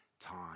time